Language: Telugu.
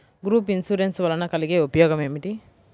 గ్రూప్ ఇన్సూరెన్స్ వలన కలిగే ఉపయోగమేమిటీ?